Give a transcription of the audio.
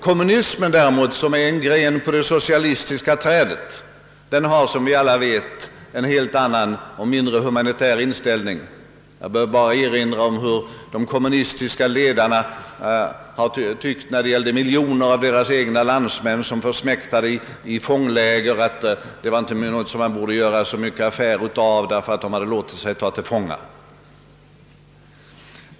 Kommunismen däremot, som är en gren på det socialistiska trädet, har som vi alla vet en helt annan och mindre humanitär inställning. Jag behöver bara erinra om de kommunistiska sovjetledarnas åsikter när miljoner av deras landsmän försmäktade i fångläger. De ansåg inte att det var något att göra så mycket affär av; dessa soldater hade ju låtit taga sig till fånga.